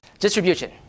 Distribution